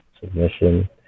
submission